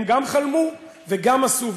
הם גם חלמו וגם עשו,